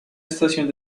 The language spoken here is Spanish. estación